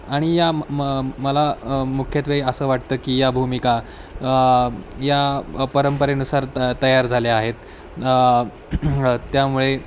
आणि या म मला मुख्यत्वे असं वाटतं की या भूमिका या परंपरेनुसार त तयार झाल्या आहेत त्यामुळे